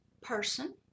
person